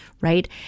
right